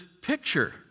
picture